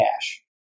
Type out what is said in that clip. cash